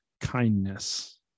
kindness